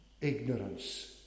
Ignorance